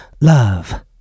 Love